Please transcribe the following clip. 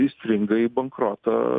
įstringa į bankroto